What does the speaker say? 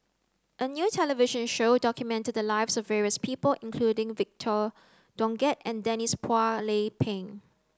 a new television show documented the lives of various people including Victor Doggett and Denise Phua Lay Peng